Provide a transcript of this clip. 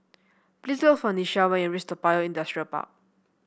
please look for Nichelle when you reach Toa Payoh Industrial Park